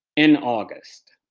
in august.